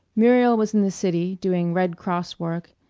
muriel was in the city doing red cross work,